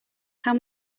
how